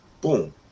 boom